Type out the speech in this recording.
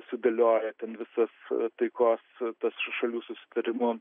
sudėliojo ten visus taikos tas šalių susitarimu